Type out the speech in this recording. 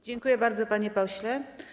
Dziękuję bardzo, panie pośle.